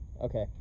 Okay